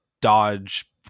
Dodge